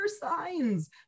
signs